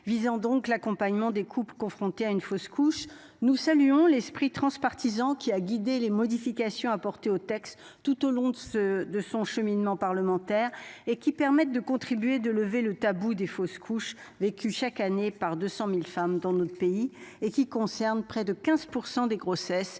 visant, donc l'accompagnement des couples confrontés à une fausse couche. Nous saluons l'esprit transpartisan qui a guidé les modifications apportées au texte tout au long de ce de son cheminement parlementaire et qui permettent de contribuer, de lever le tabou des fausses couches vécu chaque année par 200.000 femmes dans notre pays et qui concerne près de 15% des grossesses